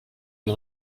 une